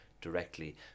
directly